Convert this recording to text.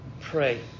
Pray